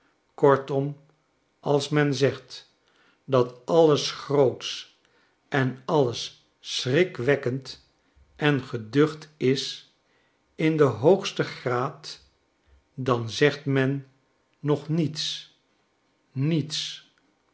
kortom als men zegt dat alles grootsch en alles schrikwekkend en geducht is in denhoogstengraad dan zegt men nog niets niets